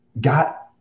got